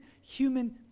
human